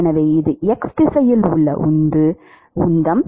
எனவே இது x திசையில் உள்ள உந்தம்